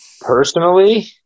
personally